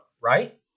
right